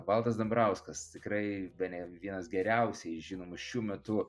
valdas dambrauskas tikrai bene vienas geriausiai žinomų šiu metu